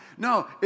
No